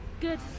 Good